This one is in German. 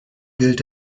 gilt